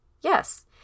Yes